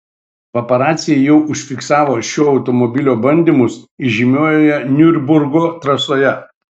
paparaciai jau užfiksavo šio automobilio bandymus įžymiojoje niurburgo trasoje